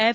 F